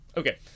Okay